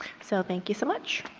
so thank you so much.